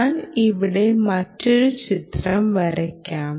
ഞാൻ ഇവിടെ മറ്റൊരു ചിത്രം വരയ്ക്കാം